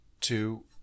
two